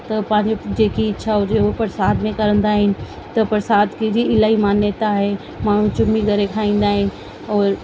त पंहिंजी जेकी इच्छा हुजे हू प्रसाद में करंदा आहिनि त प्र्साद जी की इलाही मान्यता आहे माण्हूं चुमी करे खाईंदा आहिनि और